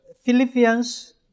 Philippians